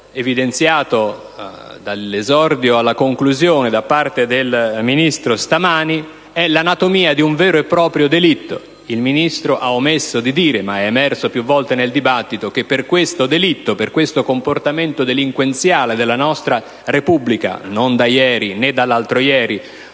del Ministro stamani, dall'esordio alla conclusione, è l'anatomia di un vero e proprio delitto. Il Ministro ha omesso di dire, ma è emerso più volte nel dibattito, che per questo delitto, per questo comportamento delinquenziale della nostra Repubblica (non da ieri né dall'altro ieri,